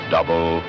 Double